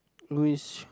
which